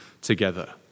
together